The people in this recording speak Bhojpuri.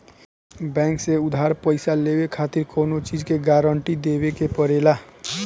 बैंक से उधार पईसा लेवे खातिर कवनो चीज के गारंटी देवे के पड़ेला